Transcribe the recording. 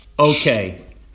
Okay